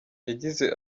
yagize